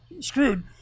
screwed